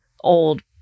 old